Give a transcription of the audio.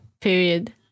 period